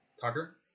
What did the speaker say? tucker